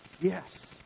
Yes